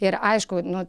ir aišku nu